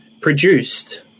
produced